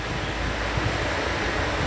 she